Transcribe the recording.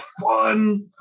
fun